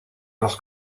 los